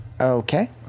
Okay